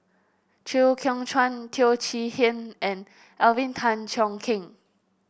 Chew Kheng Chuan Teo Chee Hean and Alvin Tan Cheong Kheng